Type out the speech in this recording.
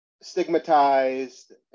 stigmatized